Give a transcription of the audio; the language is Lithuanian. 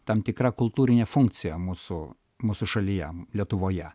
tam tikra kultūrinė funkcija mūsų mūsų šalyje lietuvoje